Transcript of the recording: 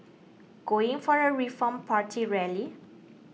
going for a Reform Party rally